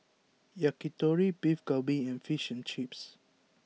Yakitori Beef Galbi and Fish and Chips